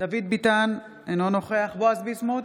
דוד ביטן, אינו נוכח בועז ביסמוט,